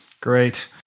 Great